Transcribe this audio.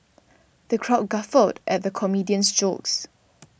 the crowd guffawed at the comedian's jokes